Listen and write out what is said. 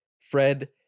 Fred